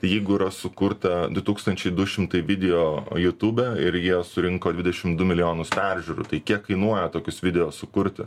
jeigu yra sukurta du tūkstančiai du šimtai video jutube ir jie surinko dvidešim du milijonus peržiūrų tai kiek kainuoja tokius video sukurti